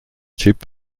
chip